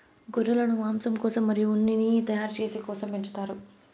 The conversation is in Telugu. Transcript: గొర్రెలను మాంసం కోసం మరియు ఉన్నిని తయారు చేసే కోసం పెంచుతారు